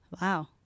wow